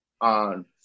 on